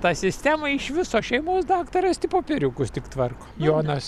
ta sistema iš viso šeimos daktaras ti popieriukus tik tvarko jonas